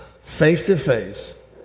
face-to-face